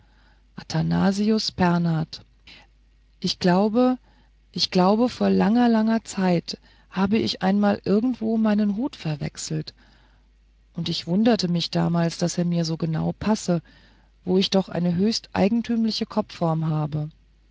pernath ich glaube ich glaube vor langer langer zeit habe ich einmal irgendwo meinen hut verwechselt und ich wunderte mich damals daß er mir so genau passe wo ich doch eine höchst eigentümliche kopfform habe